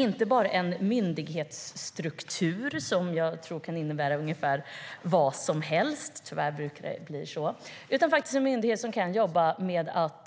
Inte bara en myndighetsstruktur - som jag tror kan innebära vad som helst; tyvärr brukar det bli så - utan en myndighet som kan jobba med att